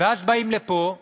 ואז באים לפה ואומרים: